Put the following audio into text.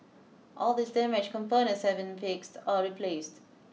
all these damaged components have been fixed or replaced